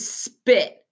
spit